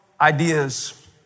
ideas